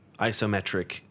isometric